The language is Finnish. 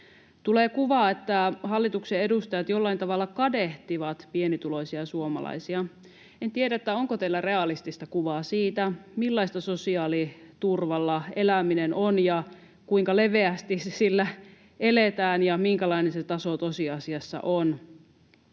Tulee kuva, että hallituksen edustajat jollain tavalla kadehtivat pienituloisia suomalaisia. En tiedä, onko teillä realistista kuvaa siitä, millaista sosiaaliturvalla eläminen on ja kuinka leveästi sillä eletään ja minkälainen se taso tosiasiassa on.